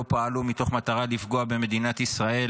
לא פעלו מתוך מטרה לפגוע במדינת ישראל,